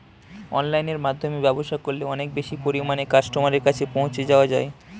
অনলাইনের মাধ্যমে ব্যবসা করলে অনেক বেশি পরিমাণে কাস্টমারের কাছে পৌঁছে যাওয়া যায়?